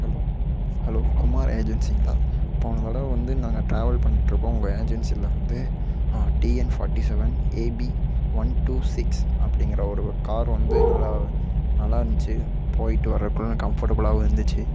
hello hello Kumar ஏஜென்சிங்களா போன தடவை வந்து நாங்கள் ட்ராவல் பண்ணிட்டுருப்போம் உங்கள் ஏஜென்சியில் வந்து TN forty seven AB one two six அப்படிங்கிற ஒரு ஒரு காரு வந்து நல்லா நல்லா இருந்துச்சி போயிட்டு வரக்கும் கம்ஃபர்டபிளாகவும் இருந்துச்சு